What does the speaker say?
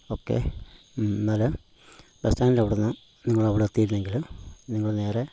okay അന്നേരം ബസ്സ്റ്റാൻ്റിൻ്റെ അവിടെ നിന്ന് നിങ്ങളവിടെ എത്തിയില്ലെങ്കിലും നിങ്ങൾ നേരെ